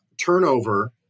turnover